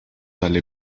dalle